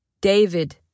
David